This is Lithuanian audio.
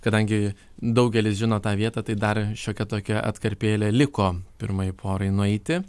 kadangi daugelis žino tą vietą tai dar šiokia tokia atkarpėlė liko pirmajai porai nueiti